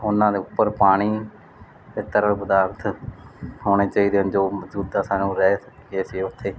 ਉਹਨਾਂ ਦੇ ਉੱਪਰ ਪਾਣੀ ਅਤੇ ਤਰਲ ਪਦਾਰਥ ਹੋਣੇ ਚਾਹੀਦੇ ਹਨ ਜੋ ਮੌਜੂਦਾ ਸਾਨੂੰ ਰਹਿਤ ਇਹ ਸੀ ਉੱਥੇ